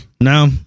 No